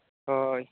ᱦᱳᱭ